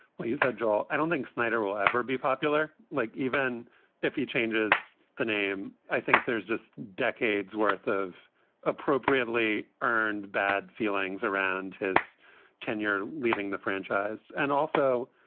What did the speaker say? well, he's a draw. i don't think snyder will ever be popular, like even if he changes the name. i think there's just decades worth of appropriately. they earned bad feelings around his tenure leading the franchise. and also,